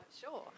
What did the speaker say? Sure